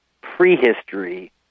prehistory